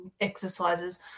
exercises